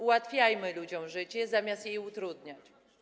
Uławiajmy ludziom życie, zamiast je utrudniać.